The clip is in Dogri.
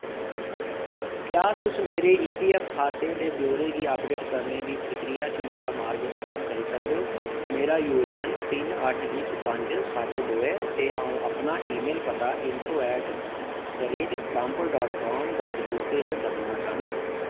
क्या तुस मेरे ईपीऐफ्फ खाते दे ब्यौरे गी अपडेट करने दी प्रक्रिया च मेरा मार्गदर्शन करी सकदे ओ मेरा यूएएन तिन अट्ठ इक पंज सत्त दो ऐ ते आऊं अपना ईमेल पता info at the rate example dot com dot UK च बदलना चाह्न्नां